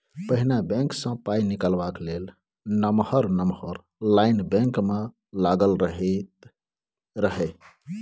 पहिने बैंक सँ पाइ निकालबाक लेल नमहर नमहर लाइन बैंक मे लागल रहैत रहय